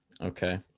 Okay